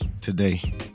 today